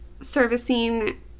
servicing